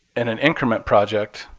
in an increment project,